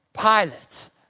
Pilate